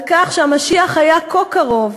על כך שהמשיח היה כה קרוב,